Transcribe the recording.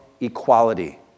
equality